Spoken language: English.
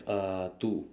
uh two